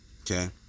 okay